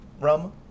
rum